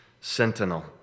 sentinel